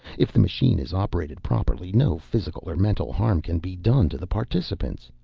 if the machine is operated properly, no physical or mental harm can be done to the participants.